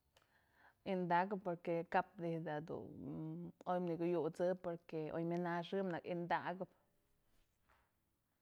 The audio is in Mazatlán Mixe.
Intak porque kap di'i da dun oy nëkyuyut'sëp porque oy mana xë nëkë intakëp.